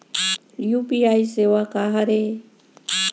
UPI सेवा का हरे?